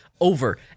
over